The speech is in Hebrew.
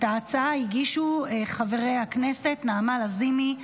את ההצעה הגישו חברת הכנסת נעמה לזימי,